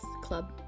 club